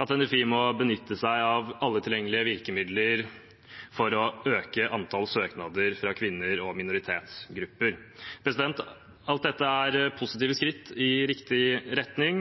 at NFI må benytte seg av alle tilgjengelige virkemidler for å øke antall søknader fra kvinner og minoritetsgrupper. Alt dette er positive skritt i riktig retning,